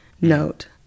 note